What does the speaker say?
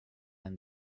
than